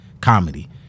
comedy